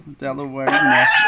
Delaware